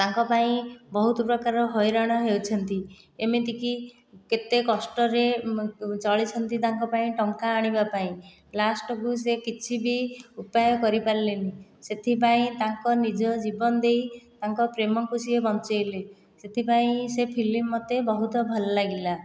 ତାଙ୍କ ପାଇଁ ବହୁତ ପ୍ରକାର ହଇରାଣ ହେଉଛନ୍ତି ଏମିତି କି କେତେ କଷ୍ଟରେ ଚଳିଛନ୍ତି ତାଙ୍କ ପାଇଁ ଟଙ୍କା ଆଣିବା ପାଇଁ ଲାଷ୍ଟ୍ କୁ ସେ କିଛିବି ଉପାୟ କରିପାରିଲେନି ସେଥିପାଇଁ ତାଙ୍କ ନିଜ ଜୀବନ ଦେଇ ତାଙ୍କ ପ୍ରେମକୁ ସେ ବଞ୍ଚାଇଲେ ସେଥିପାଇଁ ସେ ଫିଲ୍ମ ମୋତେ ବହୁତ ଭଲ ଲାଗିଲା